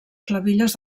clavilles